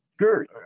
Sure